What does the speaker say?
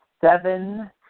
seven